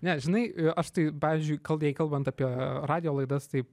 ne žinai aš tai pavyzdžiui kal jei kalbant apie radijo laidas tai